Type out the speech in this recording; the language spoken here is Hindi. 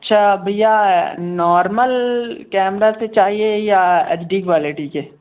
अच्छा भैया नॉर्मल कैमरा से चाहिए या एच डी क्वालिटी से